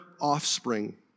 offspring